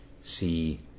see